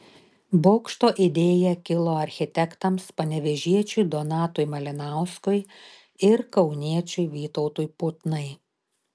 bokšto idėja kilo architektams panevėžiečiui donatui malinauskui ir kauniečiui vytautui putnai